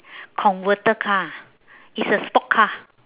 converter car ah it's a sport car